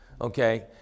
Okay